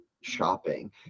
shopping